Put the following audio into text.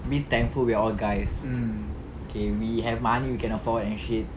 be thankful we are all guys okay we have money we can afford and shit